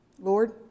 Lord